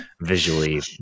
visually